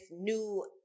new